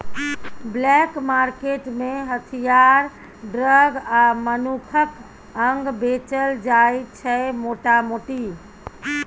black market मे हथियार, drug आ मनुखक अंग बेचल जाइ छै मोटा मोटी